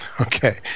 Okay